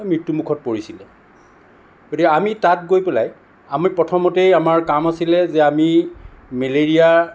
মৃত্য়ুমুখত পৰিছিল গতিকে আমি তাত গৈ পেলাই আমি প্ৰথমতেই আমাৰ কাম আছিল যে আমি মেলেৰিয়া